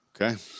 Okay